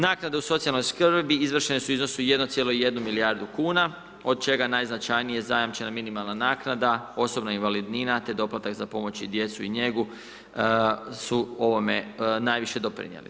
Naknada u socijalnoj skrbi izvršene su u iznosu od 1,1 milijardu kuna od čega najznačajnija zajamčena minimalna naknada, osobna invalidnina te doplatak za pomoć i djecu i njegu su ovome najviše doprinijeli.